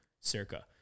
Circa